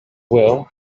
well